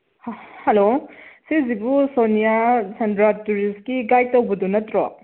hello ꯁꯤꯁꯤꯕꯨ ꯁꯣꯅꯤꯌꯥ ꯁꯦꯟꯗ꯭ꯔꯥ ꯇꯨꯔꯤꯁꯀꯤ guide ꯇꯧꯕꯗꯨ ꯅꯠꯇ꯭ꯔꯣ